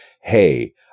Hey